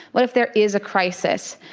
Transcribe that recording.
what if there is a crisis?